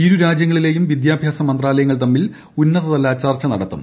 ഇരു രാജ്യങ്ങളിലെയും വിദ്യാഭ്യാസ മന്ത്രാലയങ്ങൾ തമ്മിൽ ഉന്നതതല ചർച്ച നടത്തും